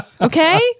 Okay